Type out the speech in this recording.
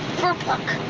frplc.